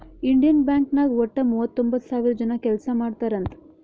Indian bank ನಾಗ್ ವಟ್ಟ ಮೂವತೊಂಬತ್ತ್ ಸಾವಿರ ಜನ ಕೆಲ್ಸಾ ಮಾಡ್ತಾರ್ ಅಂತ್